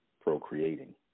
procreating